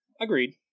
agreed